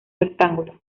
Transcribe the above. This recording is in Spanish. rectángulo